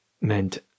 meant